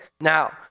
now